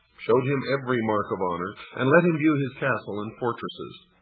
showed him every mark of honor, and let him view his castle and fortresses.